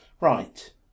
Right